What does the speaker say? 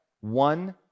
one